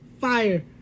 Fire